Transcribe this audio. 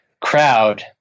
crowd